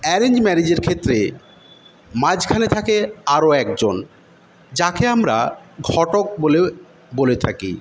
arrange ম্যারেজের ক্ষেত্রে মাঝখানে থাকে আরও একজন যাকে আমরা ঘটক বলে বলে থাকি